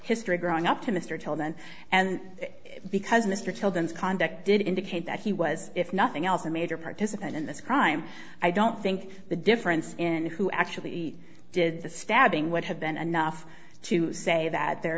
history growing up to mr children and because mr children's conduct did indicate that he was if nothing else a major participant in this crime i don't think the difference in who actually eat did the stabbing would have been enough to say that there